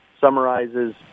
summarizes